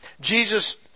Jesus